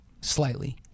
slightly